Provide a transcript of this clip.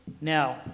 Now